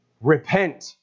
repent